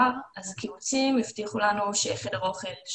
הקיבוצים הבטיחו לנו כניסה לחדר אוכל,